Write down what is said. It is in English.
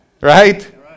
Right